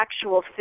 actual